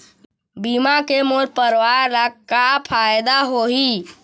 बीमा के मोर परवार ला का फायदा होही?